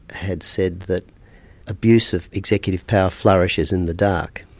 had said that abuse of executive power flourishes in the dark.